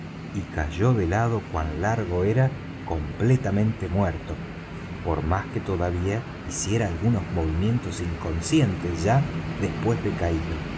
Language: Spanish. y cayó de lado cuan largo era completamente muerto por más que todavía hiciera algunos movimientos inconscientes ya después de caído